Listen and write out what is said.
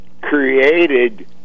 created